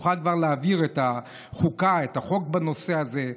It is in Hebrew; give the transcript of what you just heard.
שנוכל כבר להעביר את החוק בנושא הזה.